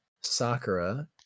Sakura